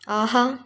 ஆஹா